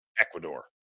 Ecuador